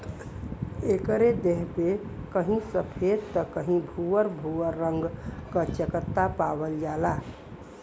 एकरे देह पे कहीं सफ़ेद त कहीं भूअर भूअर रंग क चकत्ता पावल जाला